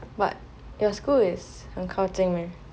but your school is 很靠近 meh